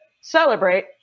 celebrate